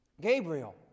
Gabriel